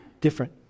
different